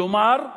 כלומר,